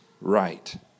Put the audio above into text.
right